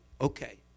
Okay